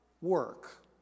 work